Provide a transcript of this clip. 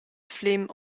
flem